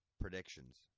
Predictions